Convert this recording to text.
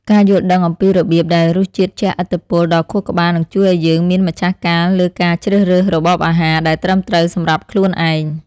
ការយល់ដឹងអំពីរបៀបដែលរសជាតិជះឥទ្ធិពលដល់ខួរក្បាលនឹងជួយឲ្យយើងមានម្ចាស់ការលើការជ្រើសរើសរបបអាហារ ដែលត្រឹមត្រូវសម្រាប់ខ្លួនឯង។